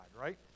right